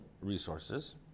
resources